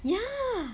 yeah